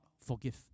forgive